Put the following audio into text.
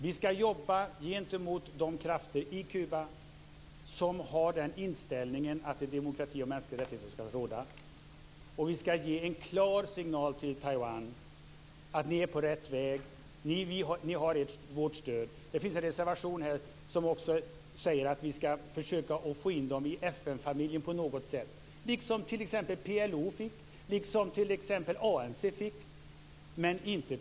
Vi skall jobba för de krafter i Kuba som har den inställningen att demokrati och mänskliga rättigheter skall råda, och vi skall ge en klar signal till Taiwan om att man är på rätt väg och att man har vårt stöd. Det finns en reservation som förespråkar att Taiwan på något sätt borde komma med i FN-familjen, liksom bl.a. PLO och ANC fick komma med.